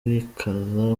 bikaza